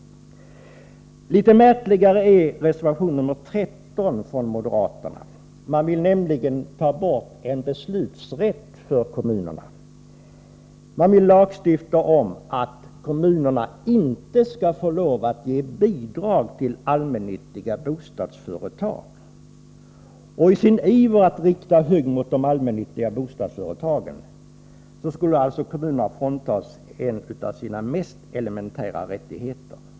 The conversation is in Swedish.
Litet märkligare är reservation 13 från moderaterna. Man vill nämligen ta bort en beslutsrätt från kommunerna. Man vill lagstifta om att kommunerna inte skall få ge bidrag till allmännyttiga bostadsföretag. I moderaternas iver att rikta hugg mot de allmännyttiga bostadsföretagen skulle alltså kommunerna fråntas en av sina mest elementära rättigheter.